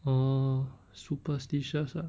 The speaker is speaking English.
uh superstitious ah